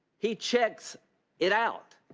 he checks it out.